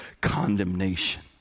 condemnation